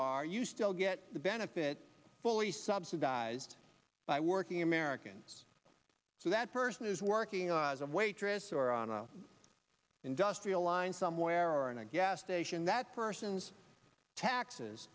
are you still get the benefit fully subsidized by working americans so that person is working on as a waitress or on an industrial line somewhere or in a gas station that person's taxes